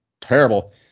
terrible